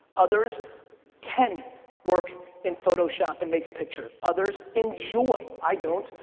others can work in photoshop and make a picture. others enjoy, i don't.